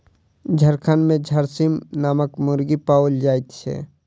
झारखंड मे झरसीम नामक मुर्गी पाओल जाइत छै